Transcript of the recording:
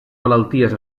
malalties